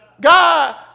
God